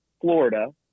Florida